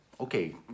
Okay